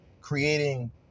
creating